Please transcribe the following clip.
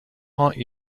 haunt